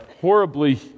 horribly